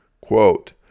quote